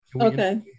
okay